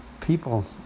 People